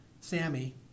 Sammy